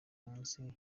munsi